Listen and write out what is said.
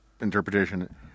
interpretation –